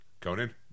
Conan